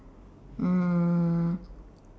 mm